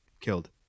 killed